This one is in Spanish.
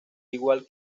igual